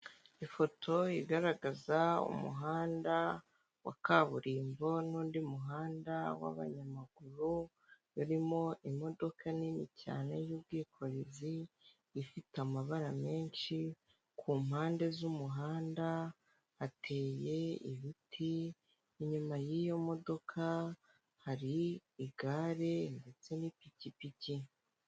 Ifoto igaragaza umuhanda wa kaburimbo n'undi muhanda w'abanyamaguru harimo imodoka nini cyane y'ubwikorezi ifite amabara menshi kum mpande z'umuhanda ateye ibiti inyuma y'iyo modoka hari igare ndetse n'ipikipiki.